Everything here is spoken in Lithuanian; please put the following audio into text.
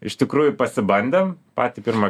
iš tikrųjų pasibandėm patį pirmą